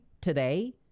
today